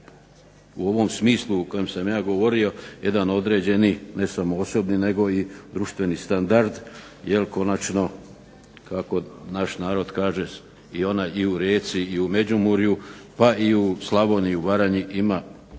u ovom smislu u kojem sam ja govorio jedan određeni ne samo osobni nego i društveni standard jer konačno kako naš narod kaže i ona i u Rijeci i u Međimurju pa i u Slavoniji i Baranji ima